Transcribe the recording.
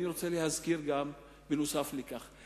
אני רוצה להזכיר נוסף על כך,